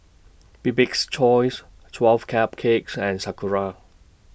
Bibik's Choice twelve Cupcakes and Sakura